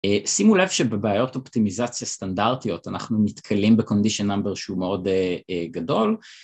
שימו לב שבבעיות אופטימיזציה סטנדרטיות אנחנו נתקלים ב-condition number שהוא מאוד גדול